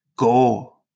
Go